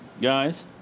guys